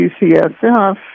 UCSF